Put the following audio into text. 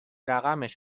رقمش